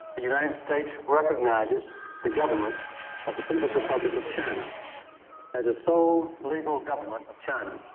the united states recognises the government of the people's republic of china as the sole legal government of china.